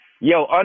Yo